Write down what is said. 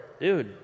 dude